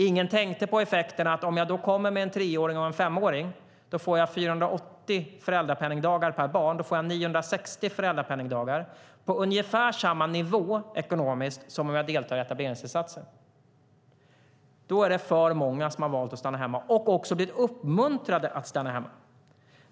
Ingen tänkte på effekten när man kommer till Sverige med en treåring och en femåring. Då får man 480 föräldrapenningdagar per barn, det vill säga 960 föräldrapenningdagar på ungefär samma ekonomiska nivå som om man deltar i etableringsinsatsen. Alltför många har valt att stanna hemma, och också blivit uppmuntrade till att stanna hemma.